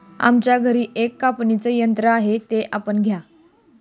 आमच्या घरी एक कापणीचे यंत्र आहे ते आपण घ्या